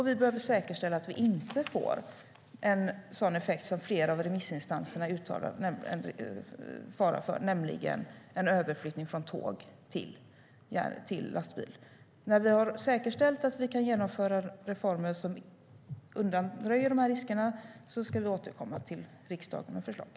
Vi behöver säkerställa att vi inte får en sådan effekt som flera av remissinstanserna har uttalat farhågor för, nämligen en överflyttning från tåg till lastbil.